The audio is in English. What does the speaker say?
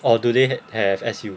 or do they have S_U